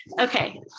okay